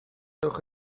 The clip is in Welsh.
allwch